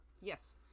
Yes